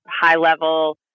high-level